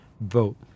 vote